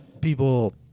people